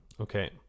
Okay